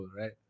right